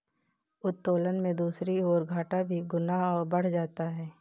उत्तोलन में दूसरी ओर, घाटा भी कई गुना बढ़ जाता है